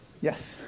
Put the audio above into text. Yes